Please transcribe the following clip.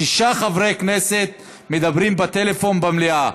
שישה חברי כנסת מדברים בטלפון במליאה.